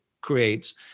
creates